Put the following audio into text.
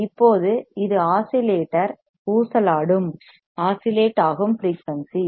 இப்போது இது ஆஸிலேட்டர் ஊசலாடும் ஆஸிலேட் ஆகும் ஃபிரெயூனிசி